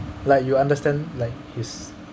like you understand like his